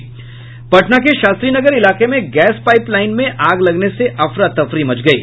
पटना के शास्त्री नगर इलाके में गैस पाईप लाईन में आग लगने से अफरा तफरी मंच गयी